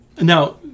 Now